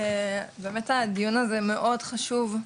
באמת הדיון הזה מאוד חשוב,